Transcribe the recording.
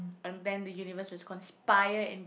and then the universe is conspire and